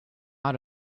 out